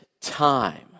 time